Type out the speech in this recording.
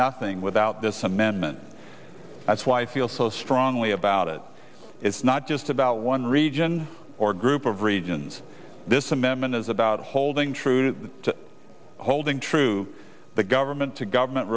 nothing without this amendment that's why i feel so strongly about it it's not just about one region or group of regions this amendment is about holding true to holding true the government to government